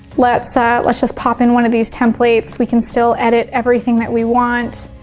let's ah let's just pop in one of these templates. we can still edit everything that we want.